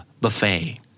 buffet